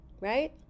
right